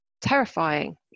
terrifying